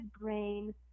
brain